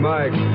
Mike